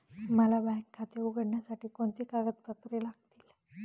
मला बँक खाते उघडण्यासाठी कोणती कागदपत्रे लागतील?